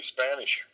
Spanish